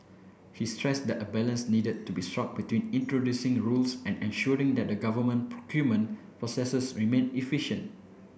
he stressed that a balance needed to be struck between introducing rules and ensuring that the government procurement processes remain efficient